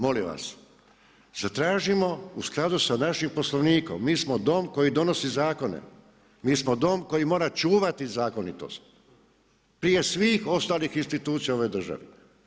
Molim vas, zatražimo u skladu sa našim Poslovnikom, mi smo Dom koji donosi zakone, mi smo Dom koji mora čuvati zakonitost, prije svih ostalih institucija ove države.